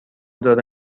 داره